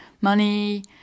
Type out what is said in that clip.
money